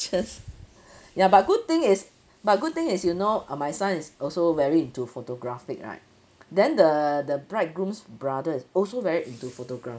ya but good thing is but good thing is you know uh my son is also very into photographic right then the the bridegroom's brother is also very into photographic